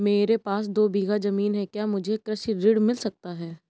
मेरे पास दो बीघा ज़मीन है क्या मुझे कृषि ऋण मिल सकता है?